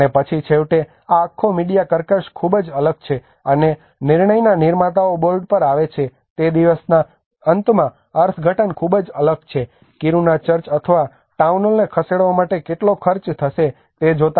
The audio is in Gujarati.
અને પછી છેવટે આ આખો મીડિયા કર્કશ ખૂબ જ અલગ છે અને નિર્ણયના નિર્માતાઓ બોર્ડ પર આવે છે તે દિવસના અંતમાં અર્થઘટન ખૂબ જ અલગ છે કિરુના ચર્ચ અથવા ટાઉન હોલને ખસેડવા માટે કેટલો ખર્ચ થશે તે જોતા